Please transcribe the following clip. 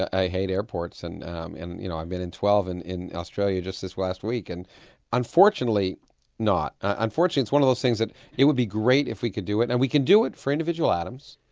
i hate airports and um and you know i've been in twelve and in australia just this last week, and unfortunately not. unfortunately one of those things that it would be great if we could do it. and we can do it for individual atoms,